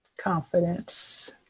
Confidence